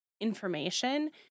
information